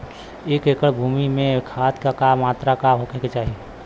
एक एकड़ भूमि में खाद के का मात्रा का होखे के चाही?